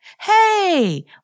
Hey